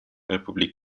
republik